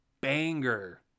banger